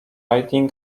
riding